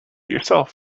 yourself